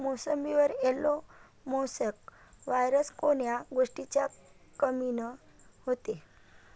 मोसंबीवर yellow mosaic virus कोन्या गोष्टीच्या कमीनं होते?